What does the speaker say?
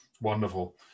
Wonderful